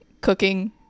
cooking